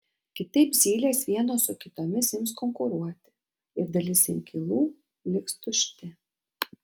kitaip zylės vienos su kitomis ims konkuruoti ir dalis inkilų liks tušti